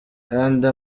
andi